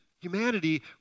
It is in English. humanity